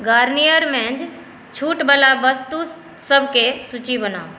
Garnier मेंज़ छूट बला वस्तुसबके सूची बनाउ